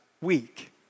week